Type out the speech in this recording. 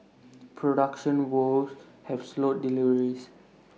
production woes have slowed deliveries